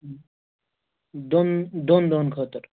دۄن دۄن دۄہَن خٲطرٕ